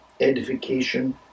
edification